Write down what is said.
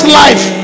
life